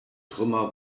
trümmer